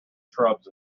shrubs